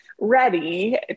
ready